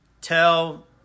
tell